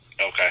Okay